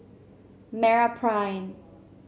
MeraPrime